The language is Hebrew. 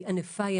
שהיא ענפה.